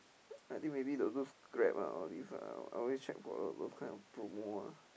I think maybe the those Grab ah all these ah I always check for all those those kind of promo ah